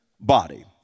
body